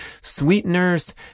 sweeteners